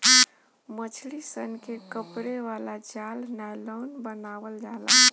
मछली सन के पकड़े वाला जाल नायलॉन बनावल जाला